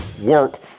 Work